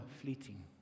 fleeting